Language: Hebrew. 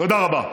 תודה רבה.